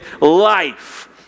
life